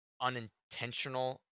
unintentional